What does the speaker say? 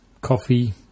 coffee